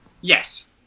Yes